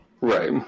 Right